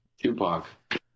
Tupac